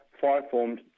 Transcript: fire-formed